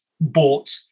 bought